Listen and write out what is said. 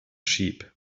sheep